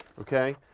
okay?